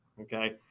okay